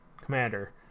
Commander